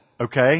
Okay